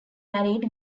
married